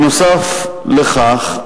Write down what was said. בנוסף לכך,